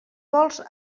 vols